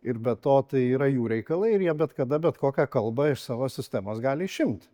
ir be to tai yra jų reikalai ir jie bet kada bet kokią kalbą iš savo sistemos gali išimt